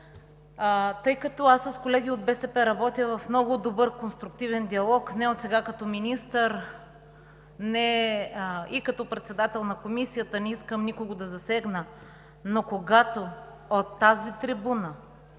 Тъй като аз с колеги от БСП работя в много добър конструктивен диалог не отсега, като министър, но и като председател на Комисията, не искам никого да засегна. Но, когато от тази трибуна